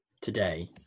today